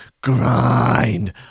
Grind